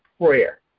prayer